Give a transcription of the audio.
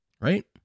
Right